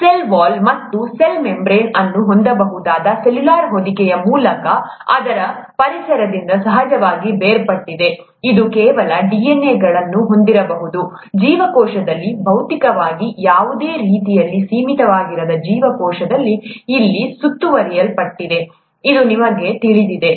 cell wall ಮತ್ತು cell membrane ಅನ್ನು ಹೊಂದಬಹುದಾದ ಸೆಲ್ಯುಲಾರ್ ಹೊದಿಕೆಯ ಮೂಲಕ ಅದರ ಪರಿಸರದಿಂದ ಸಹಜವಾಗಿ ಬೇರ್ಪಟ್ಟಿದೆ ಅದು ಕೆಲವು DNA ಗಳನ್ನು ಹೊಂದಿರಬಹುದು ಜೀವಕೋಶದಲ್ಲಿ ಭೌತಿಕವಾಗಿ ಯಾವುದೇ ರೀತಿಯಲ್ಲಿ ಸೀಮಿತವಾಗಿರದ ಜೀವಕೋಶದಲ್ಲಿ ಇಲ್ಲಿ ಸುತ್ತುವರಿಯಲ್ಪಟ್ಟಿದೆ ಎಂದು ನಿಮಗೆ ತಿಳಿದಿದೆ